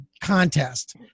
contest